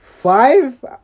Five